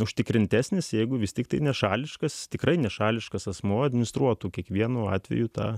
užtikrintesnis jeigu jis tiktai nešališkas tikrai nešališkas asmuo administruotų kiekvienu atveju tą